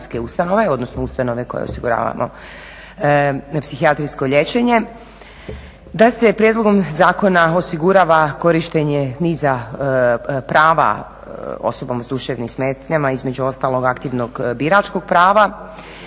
ustanove koje osiguravamo na psihijatrijsko liječenje. Da se prijedlogom zakona osigurava korištenje niza prava osobama s duševnim smetnjama između ostalog aktivnog biračkog prava.